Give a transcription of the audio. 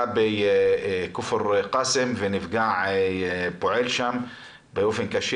בכפר קאסם ונפגע שם פועל באופן קשה